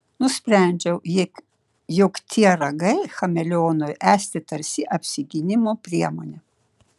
nusprendžiau jog tie ragai chameleonui esti tarsi apsigynimo priemonė